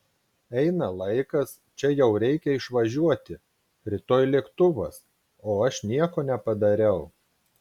eina laikas čia jau reikia išvažiuoti rytoj lėktuvas o aš nieko nepadariau